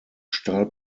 stahl